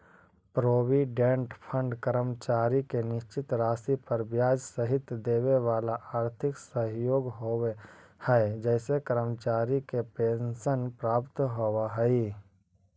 provident fund कर्मचारी के निश्चित राशि पर ब्याज सहित देवेवाला आर्थिक सहयोग होव हई जेसे कर्मचारी के पेंशन प्राप्त होव हई